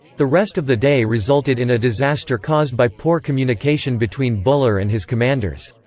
the rest of the day resulted in a disaster caused by poor communication between buller and his commanders.